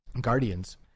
Guardians